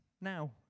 now